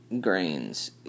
grains